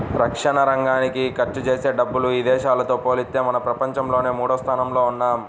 రక్షణరంగానికి ఖర్చుజేసే డబ్బుల్లో ఇదేశాలతో పోలిత్తే మనం ప్రపంచంలో మూడోస్థానంలో ఉన్నాం